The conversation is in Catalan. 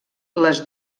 les